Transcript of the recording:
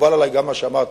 מקובל עלי גם מה שאמרת,